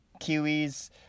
kiwis